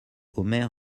omer